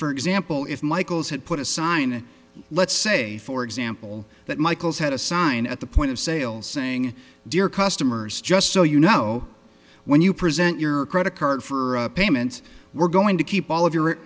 for example if michael's had put a sign let's say for example that michael's had a sign at the point of sale saying dear customers just so you know when you present your credit card for payment we're going to keep all of your